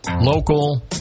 local